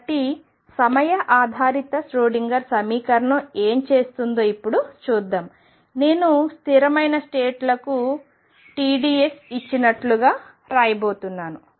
కాబట్టి సమయ ఆధారిత ష్రోడింగర్ సమీకరణం ఏమి చేస్తుందో ఇప్పుడు చూద్దాం నేను స్థిరమైన స్టేట్ లకు TDSE ఇచ్చినట్లుగా రాయబోతున్నాను